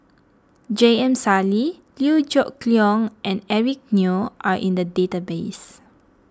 J M Sali Liew Geok Leong and Eric Neo are in the database